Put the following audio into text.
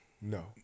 No